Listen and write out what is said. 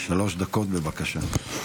שלוש דקות, בבקשה.